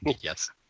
Yes